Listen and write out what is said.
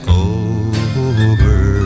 over